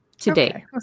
today